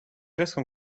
presque